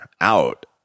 out